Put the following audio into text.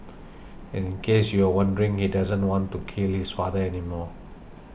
and in case you were wondering he doesn't want to kill his father anymore